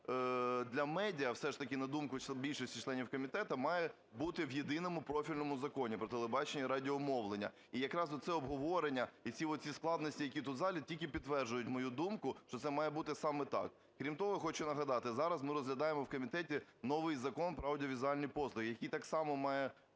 ж таки, на думку більшості членів комітету, має бути в єдиному профільному Законі "Про телебачення і радіомовлення". І якраз це обговорення і ці складності, які тут в залі, тільки підтверджують мою думку, що це має бути саме так. Крім того, хочу нагадати, зараз ми розглядаємо в комітеті новий Закон про аудіовізуальні послуги, який так само,